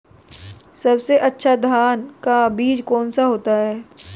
सबसे अच्छा धान का बीज कौन सा होता है?